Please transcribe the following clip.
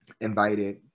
invited